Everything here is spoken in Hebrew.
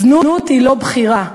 זנות היא לא בחירה.